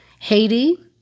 Haiti